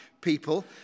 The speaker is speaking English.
people